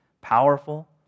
powerful